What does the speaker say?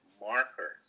markers